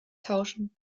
tauschen